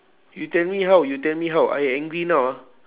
you tell me how you tell me how I angry now ah